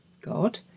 God